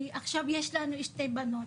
ועכשיו יש לנו שתי בנות,